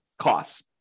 costs